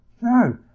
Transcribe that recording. No